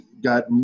got